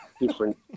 different